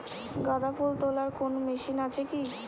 গাঁদাফুল তোলার কোন মেশিন কি আছে?